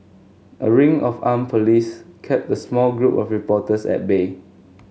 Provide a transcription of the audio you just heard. a ring of armed police kept a small group of reporters at bay